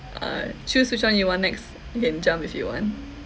uh choose which one you want next you can jump if you want